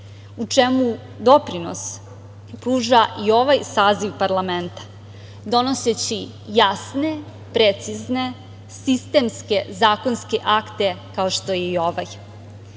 u čemu doprinos pruža i ovaj saziv parlamenta donoseći jasne, precizne, sistemske zakonske akte kao što je